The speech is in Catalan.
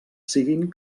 siguin